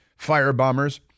firebombers